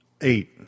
eight